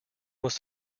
was